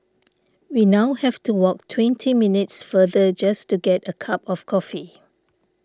we now have to walk twenty minutes farther just to get a cup of coffee